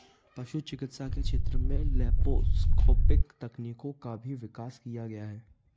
पशु चिकित्सा के क्षेत्र में लैप्रोस्कोपिक तकनीकों का भी विकास किया गया है